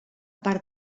part